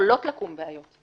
יכולות לקום בעיות.